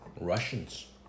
Russians